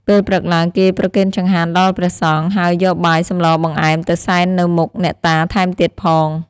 ពេលព្រឹកឡើងគេប្រគេនចង្ហាន់ដល់ព្រះសង្ឃ ហើយយកបាយ សម្ល បង្អែម ទៅសែននៅមុខអ្នកតាថែមទៀតផង។